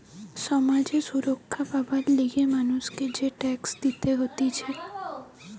সমাজ এ সুরক্ষা পাবার লিগে মানুষকে যে ট্যাক্স দিতে হতিছে